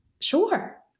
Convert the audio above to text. Sure